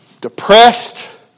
depressed